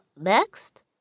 next